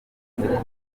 serivisi